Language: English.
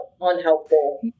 unhelpful